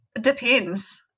depends